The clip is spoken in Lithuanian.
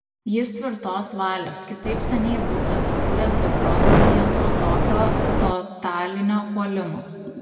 jis tvirtos valios kitaip seniai būtų atsidūręs beprotnamyje nuo tokio totalinio puolimo